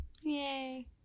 Yay